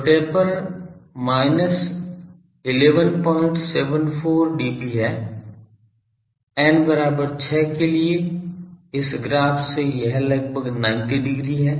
तो taper minus 1174 dB है n बराबर 6 के लिए इस ग्राफ से यह लगभग 90 degree है